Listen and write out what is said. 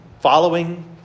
following